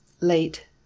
Late